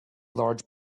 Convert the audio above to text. large